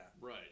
right